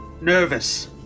Nervous